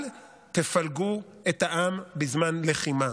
אל תפלגו את העם בזמן לחימה,